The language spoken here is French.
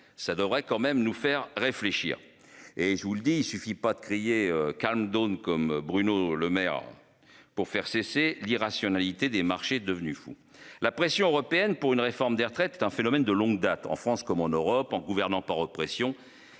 ça devrait quand même nous faire réfléchir et je vous le dis il suffit pas de crier calme donne comme Bruno Lemaire. Pour faire cesser l'irrationalité des marchés devenus fous la pression européenne pour une réforme des retraites, un phénomène de longue date en France comme en Europe en gouvernant par pression